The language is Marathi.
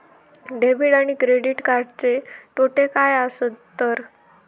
डेबिट आणि क्रेडिट कार्डचे तोटे काय आसत तर?